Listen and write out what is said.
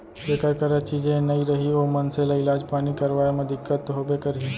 जेकर करा चीजे नइ रही ओ मनसे ल इलाज पानी करवाय म दिक्कत तो होबे करही